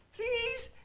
please!